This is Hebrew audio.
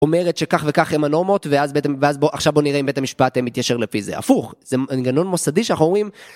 אומרת שכך וכך הם הנורמות, ואז בית המ- ואז בוא- עכשיו בוא נראה אם בית המשפט אה, מתיישר לפי זה, הפוך - זה מנגנון מוסדי שאנחנו רואים